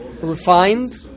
refined